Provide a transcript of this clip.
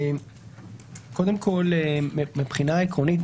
קודם כל מבחינה עקרונית,